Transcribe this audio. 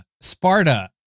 Sparta